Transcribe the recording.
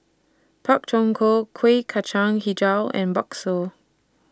Pak Thong Ko Kueh Kacang Hijau and Bakso